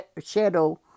shadow